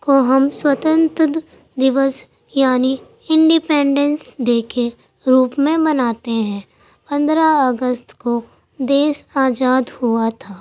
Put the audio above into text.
کو ہم سوتنتر دیوس یعنی انڈیپینڈینس ڈے کے روپ میں مناتے ہیں پندرہ اگست کو دیش آزاد ہوا تھا